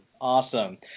awesome